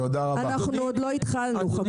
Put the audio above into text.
אנחנו עוד לא התחלנו, חכו.